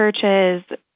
churches